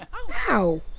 ow!